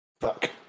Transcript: Fuck